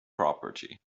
property